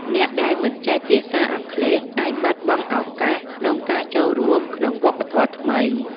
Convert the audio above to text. អ្នកដែលមិនចេះភាសាអង់គ្លេសអាចបាត់បង់ឱកាសក្នុងការចូលរួមក្នុងវប្បធម៌ថ្មី។